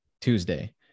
Tuesday